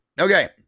Okay